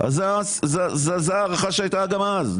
אז זו ההערכה שהייתה כבר אז.